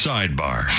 Sidebar